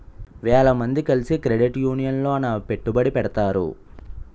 వేల మంది కలిసి క్రెడిట్ యూనియన్ లోన పెట్టుబడిని పెడతారు